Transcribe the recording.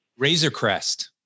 Razorcrest